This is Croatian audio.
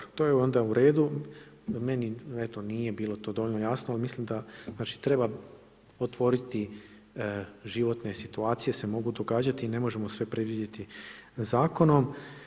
Dobro, to je onda u redu i meni, eto nije bilo to dovoljno jasno, ali mislim da treba otvoriti životne situacije se mogu događati i ne možemo sve predvidjeti zakonom.